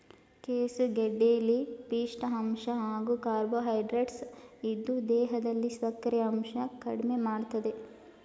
ಕೆಸುಗೆಡ್ಡೆಲಿ ಪಿಷ್ಠ ಅಂಶ ಹಾಗೂ ಕಾರ್ಬೋಹೈಡ್ರೇಟ್ಸ್ ಇದ್ದು ದೇಹದಲ್ಲಿ ಸಕ್ಕರೆಯಂಶ ಕಡ್ಮೆಮಾಡ್ತದೆ